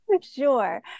Sure